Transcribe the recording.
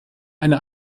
eine